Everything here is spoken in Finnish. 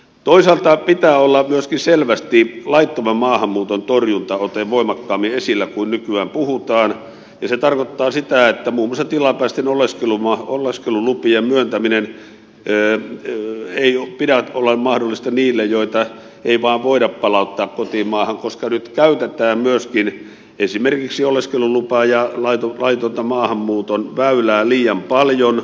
toisaalta pitää olla myöskin selvästi laittoman maahanmuuton torjuntaotteen voimakkaammin esillä kuin nykyään puhutaan ja se tarkoittaa sitä että muun muassa tilapäisten oleskelulupien myöntämisen ei pidä olla mahdollista niille joita ei vain voida palauttaa kotimaahan koska nyt käytetään myöskin esimerkiksi oleskelulupa ja laittoman maahanmuuton väylää liian paljon